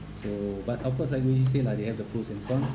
so but of course likely say like they have the pros and cons